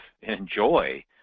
enjoy